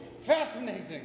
Fascinating